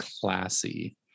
classy